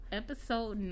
episode